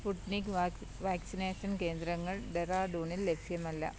Sputnik vaccination കേന്ദ്രങ്ങൾ ഡെറാഡൂണിൽ ലഭ്യമല്ല